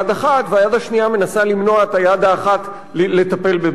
והיד השנייה מנסה למנוע את היד האחת לטפל בבעיה.